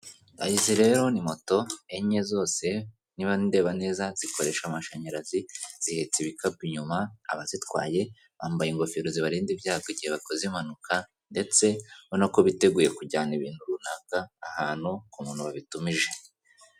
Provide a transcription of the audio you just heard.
Izi rero ni moto enye zose niba ndeba zikoresha amashanyarazi, zihetse ibikapu inyuma abazitwaye bambaye ingofero zibarinda ibyago, igihe bakoze imPanuka, ndetse urabona ko biteguye kujyana ibintu runaka ahantu ku muntu wabitumije.